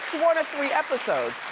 one or three episodes.